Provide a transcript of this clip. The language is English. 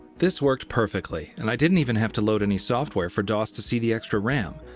this worked perfectly, and i didn't even have to load any software for dos to see the extra ram.